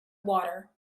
water